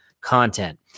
content